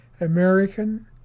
American